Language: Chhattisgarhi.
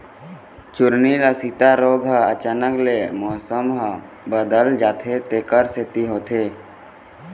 चूर्निल आसिता रोग ह अचानक ले मउसम ह बदलत जाथे तेखर सेती होथे